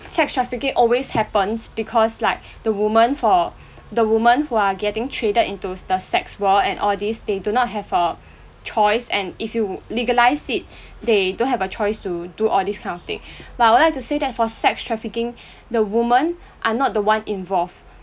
sex trafficking always happens because like the women for the women who are getting traded into the sex world and all these they do not have a choice and if you would legalise it they don't have a choice to do all these kind of thing but I would like to say that for sex trafficking the women are not the one involved